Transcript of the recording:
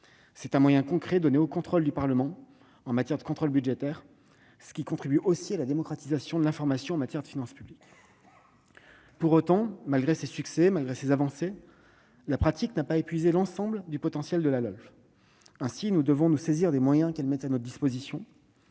d'un moyen concret donné au Parlement en matière de contrôle budgétaire, ce qui contribue aussi à la démocratisation de l'information en matière de finances publiques. Pour autant, malgré ces succès et ces avancées, la pratique n'a pas épuisé l'ensemble du potentiel de la LOLF. Nous devons nous saisir des moyens qu'elle met à notre disposition.